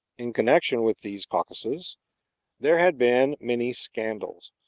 in connection with these caucuses there had been many scandals,